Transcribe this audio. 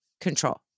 control